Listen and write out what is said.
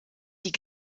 die